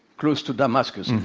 close to damascus.